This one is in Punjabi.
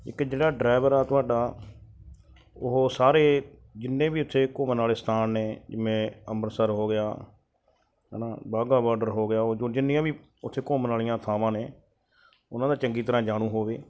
ਇੱਕ ਜਿਹੜਾ ਡਰਾਈਵਰ ਆ ਤੁਹਾਡਾ ਉਹ ਸਾਰੇ ਜਿੰਨੇ ਵੀ ਇੱਥੇ ਘੁੰਮਣ ਵਾਲੇ ਸਥਾਨ ਨੇ ਜਿਵੇਂ ਅੰਮ੍ਰਿਤਸਰ ਹੋ ਗਿਆ ਹੈ ਨਾ ਵਾਹਗਾ ਬਾਰਡਰ ਹੋ ਗਿਆ ਉਹ ਜੋ ਜਿੰਨੀਆਂ ਵੀ ਉੱਥੇ ਘੁੰਮਣ ਵਾਲੀਆਂ ਥਾਵਾਂ ਨੇ ਉਹਨਾਂ ਦਾ ਚੰਗੀ ਤਰ੍ਹਾਂ ਜਾਣੂ ਹੋਵੇ